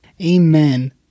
amen